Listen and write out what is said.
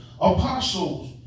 apostles